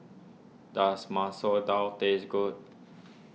does Masoor Dal taste good